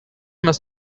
must